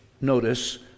notice